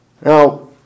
Now